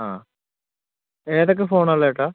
ആ ഏതൊക്കെ ഫോൺ ഉള്ളത് ചേട്ടാ